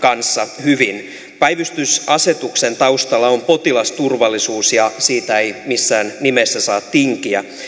kanssa hyvin päivystysasetuksen taustalla on potilasturvallisuus ja siitä ei missään nimessä saa tinkiä